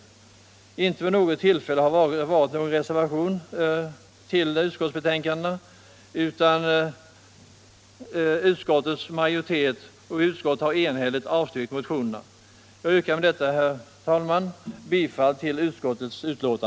Inte vid något av dessa tillfällen har någon reservation avgivits till utskottsbetänkandena, utan utskottet har enhälligt avstyrkt motionerna.